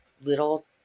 little